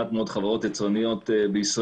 להתלות את זה לא רק בזמן אלא גם בתנאים.